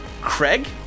Craig